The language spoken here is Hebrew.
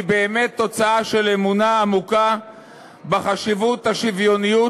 היא באמת תוצאה של אמונה עמוקה בחשיבות השוויוניות